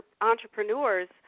entrepreneurs